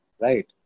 right